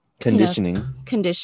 Conditioning